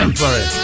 sorry